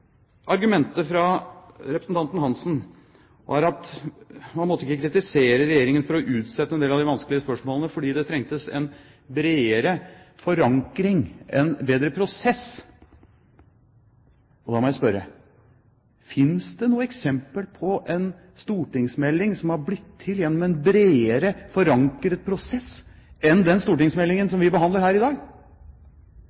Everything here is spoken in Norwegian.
argumentet fra representanten Geir-Ketil Hansen var at man måtte ikke kritisere Regjeringen for å utsette en del av de vanskelige spørsmålene, fordi det trengtes en bredere forankring – en bedre prosess. Og da må jeg spørre: Finnes det noe eksempel på en stortingsmelding som har blitt til gjennom en bredere forankret prosess enn den stortingsmeldingen